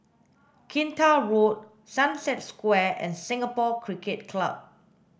Kinta Road Sunset Square and Singapore Cricket Club